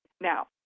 Now